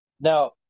Now